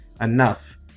enough